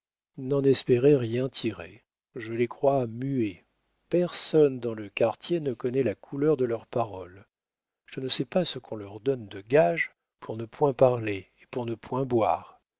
n'en espérez rien tirer je les crois muets personne dans le quartier ne connaît la couleur de leurs paroles je ne sais pas ce qu'on leur donne de gages pour ne point parler et pour ne point boire